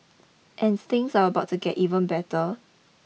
and things are about to get even better